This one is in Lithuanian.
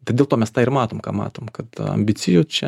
tai dėl to mes tą ir matom ką matom kad ambicijų čia